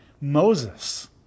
Moses